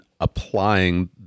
applying